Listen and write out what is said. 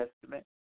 Testament